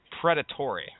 predatory